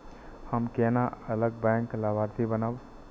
हम केना अलग बैंक लाभार्थी बनब?